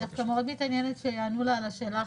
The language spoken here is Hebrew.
אני דווקא מאוד מתעניינת שיענו לה על השאלה האחרונה.